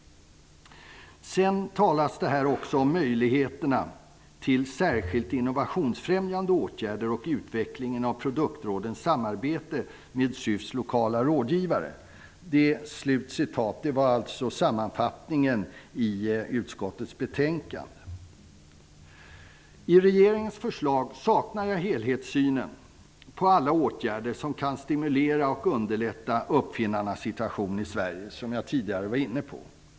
Vidare talas det om ''möjligheterna till särskilda innovationsfrämjande åtgärder och utveckling av produktrådens samarbete med SUF:s lokala rådgivare''. I regeringens förslag saknar jag helhetssynen på alla åtgärder som kan stimulera och underlätta uppfinnarnas sitution i Sverige, som jag tidigare var inne på.